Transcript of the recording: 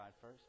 first